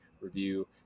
review